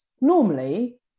normally